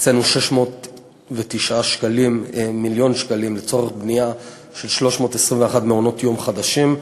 הקצינו 609 מיליון שקלים לבנייה של 321 מעונות יום חדשים.